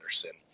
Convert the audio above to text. Anderson